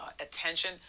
attention